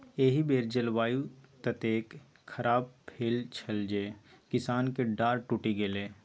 एहि बेर जलवायु ततेक खराप भेल छल जे किसानक डांर टुटि गेलै